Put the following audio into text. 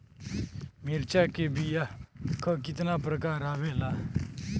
मिर्चा के बीया क कितना प्रकार आवेला?